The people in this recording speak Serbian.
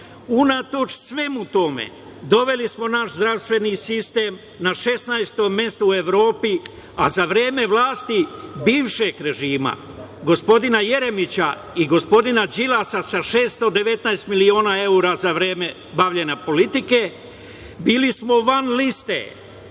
Unatoč svemu tome, doveli smo naš zdravstveni sistem na šesnaesto mesto u Evropi, a za vreme vlasti bivšeg režima, gospodine Jeremića i gospodina Đilasa, sa 619 miliona evra za vreme bavljenja politikom, bili smo van liste